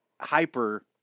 hyper